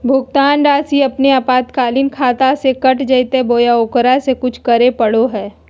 भुक्तान रासि अपने आपातकालीन खाता से कट जैतैय बोया ओकरा ले कुछ करे परो है?